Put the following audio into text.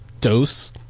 dose